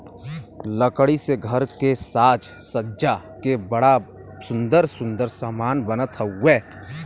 लकड़ी से घर के साज सज्जा के बड़ा सुंदर सुंदर समान बनत हउवे